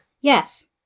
Yes